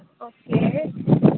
okay